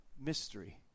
mystery